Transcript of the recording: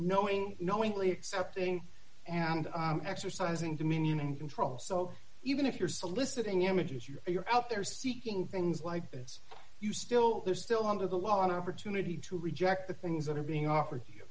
knowing knowingly accepting and exercising dominion and control so even if you're soliciting images you're out there seeking things like this you still there still under the law an opportunity to reject the things that are being offered